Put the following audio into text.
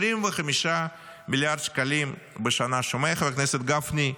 25 מיליארד שקלים בשנה, שומע, חבר הכנסת גפני,